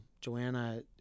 Joanna